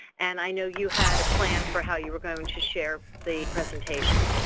and i know you had a plan for how you are going to share the presentation.